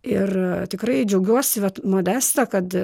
ir tikrai džiaugiuosi vat modesta kad